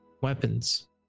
weapons